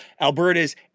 Alberta's